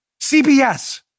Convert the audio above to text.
CBS